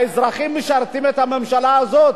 האזרחים משרתים את הממשלה הזאת,